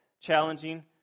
challenging